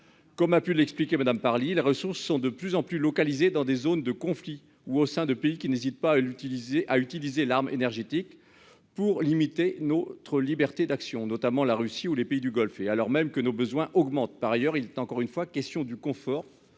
Comme a pu l'expliquer Madame Parly les ressources sont de plus en plus localisés dans des zones de conflit ou au sein de pays qui n'hésite pas à l'utiliser à utiliser l'arme énergétique pour limiter notre liberté d'action, notamment la Russie ou les pays du Golfe et alors même que nos besoins augmentent. Par ailleurs il est encore une fois question du confort